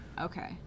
Okay